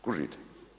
Kužite?